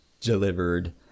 delivered